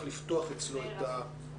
אני בטוח שהדברים שהיא תאמר הם חשובים.